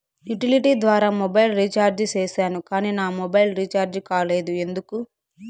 Utility ద్వారా mobile recharge సేసాను కానీ నా మొబైల్ రీచార్జి కాలేదు ఎందుకు?